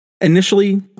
Initially